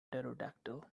pterodactyl